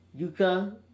Yuka